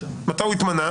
מתי הוא התמנה,